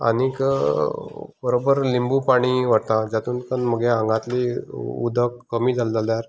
आनीक बरोबर लिंबू पाणी व्हरता जातूंत मागे आंगांतली उदक कमी जालें जाल्यार